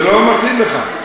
זה לא מתאים לך.